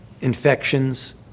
infections